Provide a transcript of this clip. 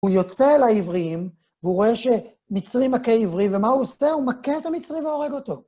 הוא יוצא אל העבריים, והוא רואה שמצרי מכה עברי, ומה הוא עושה? הוא מכה את המצרי והורג אותו.